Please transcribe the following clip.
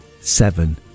seven